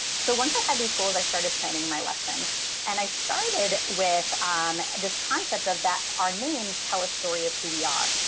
so once i had these goals, i started planning my lesson and i started with this concept of that. our names tell a story of who we are.